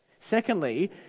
Secondly